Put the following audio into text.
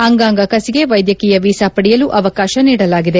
ಅಂಗಾಂಗಕಸಿಗೆ ವೈದ್ಯಕೀಯ ವೀಸಾ ಪಡೆಯಲು ಅವಕಾಶ ನೀಡಲಾಗಿದೆ